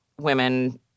women